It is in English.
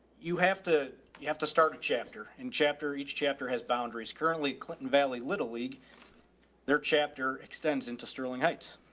you have to, you have to start a chapter in chapter. each chapter has boundaries. currently clinton valley little league there chapter extends into sterling heights.